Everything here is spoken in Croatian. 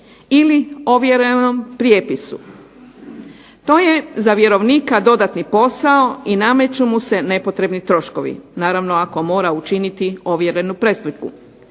ili ovjerenom prijepisu. To je za vjerovnika dodatni posao i nameću mu se nepotrebni troškovi. Naravno ako mora učiniti ovjerenu presliku.